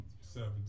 seven